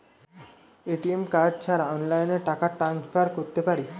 ATM card ছাড়া অনলাইনে টাকা টান্সফার করতে পারি?